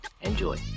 Enjoy